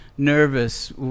nervous